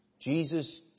Jesus